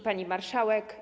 Pani Marszałek!